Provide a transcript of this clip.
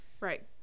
Right